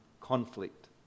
conflict